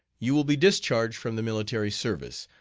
you will be discharged from the military service,